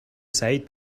سعید